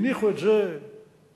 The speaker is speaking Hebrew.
הניחו את זה לפתחנו: